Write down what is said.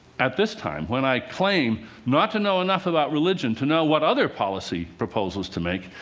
at this time, when i claim not to know enough about religion to know what other policy proposals to make.